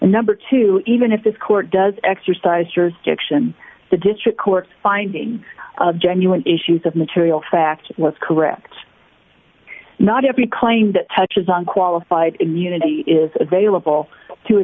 and number two even if this court does exercise jurisdiction the district court finding genuine issues of material fact was correct not every claim that touches on qualified immunity is available to a